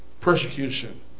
persecution